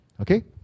Okay